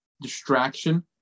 distraction